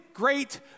Great